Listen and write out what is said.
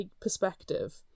perspective